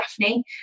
Daphne